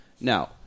Now